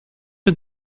een